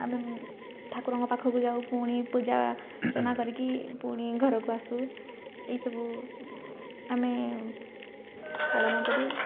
ଆମେ ଠାକୁରଙ୍କ ପାଖକୁ ଯାଉ ପୁଣି ପୂଜା ଅର୍ଚ୍ଚନା କରିକି ପୁଣି ଘରକୁ ଆସୁ ଏହିସବୁ ଆମେ ପାଳନ କରୁ